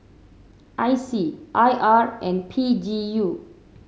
I C I R and P G U